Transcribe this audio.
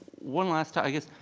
one last, i guess,